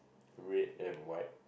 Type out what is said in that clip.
red and white